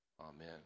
Amen